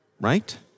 Right